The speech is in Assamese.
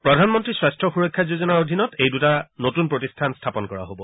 প্ৰধানমন্ত্ৰী স্বাস্থ্য সুৰক্ষা যোজনাৰ অধীনত এই দুটা নতুন প্ৰতিষ্ঠান স্থাপন কৰা হ'ব